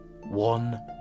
one